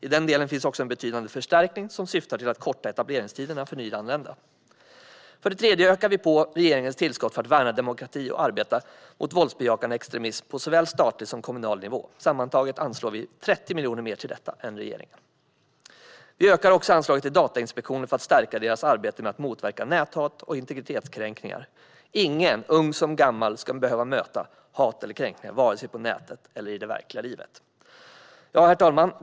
I denna del finns också en betydande förstärkning som syftar till att korta etableringstiderna för nyanlända. För det tredje ökar vi på regeringens tillskott för att värna demokrati och arbeta mot våldsbejakande extremism på såväl statlig som kommunal nivå. Sammantaget anslår vi 30 miljoner mer till detta än regeringen. Vi ökar anslaget till Datainspektionen för att stärka deras arbete med att motverka näthat och integritetskränkningar. Ingen, ung eller gammal, ska behöva möta hat eller kränkningar vare sig på nätet eller i det verkliga livet. Herr talman!